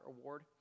award